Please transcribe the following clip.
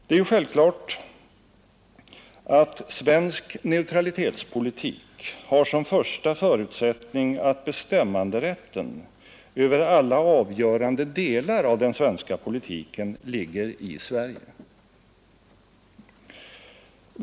Det är ju självklart att svensk neutralitetspolitik har som första förutsättning att bestämmanderätten över alla avgörande delar av den svenska politiken ligger i Sverige.